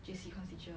J_C econs teacher